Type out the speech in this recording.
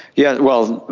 yes, well,